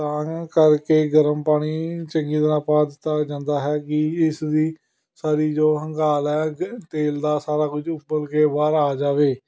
ਤਾਂ ਕਰਕੇ ਗਰਮ ਪਾਣੀ ਚੰਗੀ ਤਰ੍ਹਾਂ ਪਾ ਦਿੱਤਾ ਜਾਂਦਾ ਹੈ ਕਿ ਇਸ ਦੀ ਸਾਰੀ ਜੋ ਹੰਗਾਲ ਹੈ ਤੇਲ ਦਾ ਸਾਰਾ ਕੁਝ ਉੱਬਲ ਕੇ ਬਾਹਰ ਆ ਜਾਵੇ